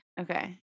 okay